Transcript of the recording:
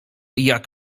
jak